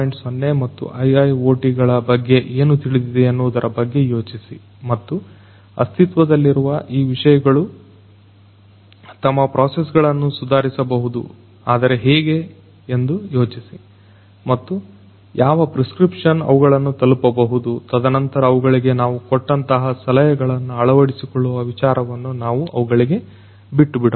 0 ಮತ್ತು IIoT ಗಳ ಬಗ್ಗೆ ಏನು ತಿಳಿದಿದೆ ಎನ್ನುವುದರ ಬಗ್ಗೆ ಯೋಚಿಸಿ ಮತ್ತು ಅಸ್ತಿತ್ವದಲ್ಲಿರುವ ಈ ವಿಷಯಗಳು ತಮ್ಮ ಪ್ರೋಸೆಸ್ ಗಳನ್ನು ಸುಧಾರಿಸಬಹುದು ಆದರೆ ಹೇಗೆ ಎಂದು ಯೋಚಿಸಿ ಮತ್ತು ಯಾವ ಪ್ರೆಸ್ಕ್ರಿಪ್ಷನ್ ಅವುಗಳನ್ನು ತಲುಪಬಹುದು ತದನಂತರ ಅವುಗಳಿಗೆ ನಾವು ಕೊಟ್ಟಂತಹ ಸಲಹೆಗಳನ್ನು ಅಳವಡಿಸಿಕೊಳ್ಳುವ ವಿಚಾರವನ್ನು ನಾವು ಅವುಗಳಿಗೆ ಬಿಟ್ಟುಬಿಡೋಣ